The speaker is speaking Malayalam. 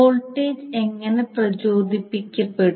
വോൾട്ടേജ് എങ്ങനെ പ്രചോദിപ്പിക്കപ്പെടും